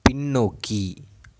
பின்னோக்கி